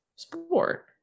sport